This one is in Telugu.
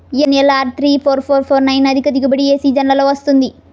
NLR three four four four nine అధిక దిగుబడి ఏ సీజన్లలో వస్తుంది?